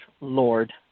Lord